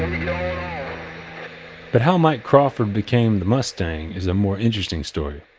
um but how mike crawford became the mustang is a more interesting story.